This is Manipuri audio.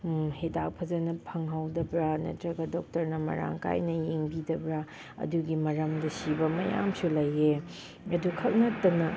ꯍꯤꯗꯥꯛ ꯐꯖꯅ ꯐꯪꯍꯧꯗꯕ꯭ꯔ ꯅꯠꯇ꯭ꯔꯒ ꯗꯣꯛꯇꯔꯅ ꯃꯔꯥꯡ ꯀꯥꯏꯅ ꯌꯦꯡꯕꯤꯗꯕ꯭ꯔ ꯑꯗꯨꯒꯤ ꯃꯔꯝꯗ ꯁꯤꯕ ꯃꯌꯥꯝꯁꯨ ꯂꯩꯌꯦ ꯑꯗꯨꯈꯛ ꯅꯠꯇꯅ